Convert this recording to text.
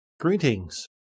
Greetings